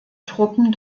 truppen